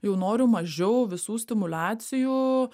jau noriu mažiau visų stimuliacijų